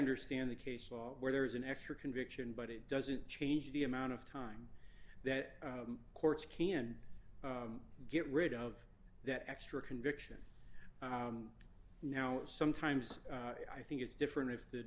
understand the case law where there is an extra conviction but it doesn't change the amount of time that courts can get rid of that extra conviction now sometimes i think it's different if the